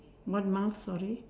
what must sorry